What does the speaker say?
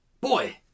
boy